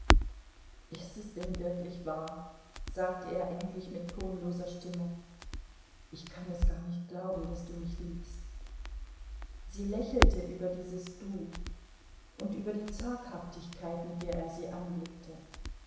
ist es denn wirklich wahr sagte er endlich mit tonloser stimme ich kann es gar nicht glauben daß du mich liebst sie lächelte über dieses du und über die zaghaftigkeit mit der er sie anblickte